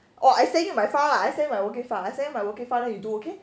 or I send you my file lah I send my working file I send you my working file then you do okay